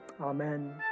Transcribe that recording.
Amen